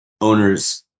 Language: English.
owners